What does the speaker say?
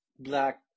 Black